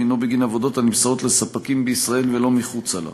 הנו בגין עבודות הנמסרות לספקים בישראל ולא מחוצה לה.